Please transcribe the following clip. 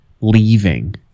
leaving